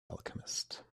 alchemist